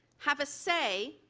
have a say.